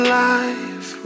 life